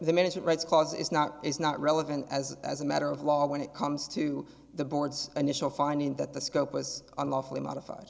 the management rights clause is not is not relevant as as a matter of law when it comes to the board's initial finding that the scope was unlawfully modified